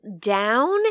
down